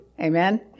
Amen